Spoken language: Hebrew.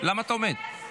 למה אתה עומד?